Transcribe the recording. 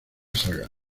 saga